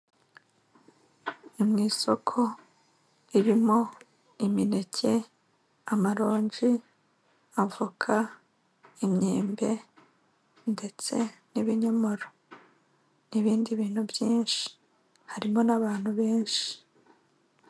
Ni mu isoko ririmo imineke, amaronji, avoka, imyembe ndetse n'ibinyomoro, n'ibindi bintu byinshi. Harimo n'abantu benshi.